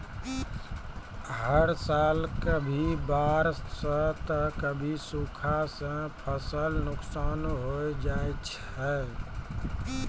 हर साल कभी बाढ़ सॅ त कभी सूखा सॅ फसल नुकसान होय जाय छै